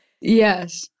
Yes